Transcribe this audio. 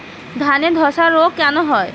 ধানে ধসা রোগ কেন হয়?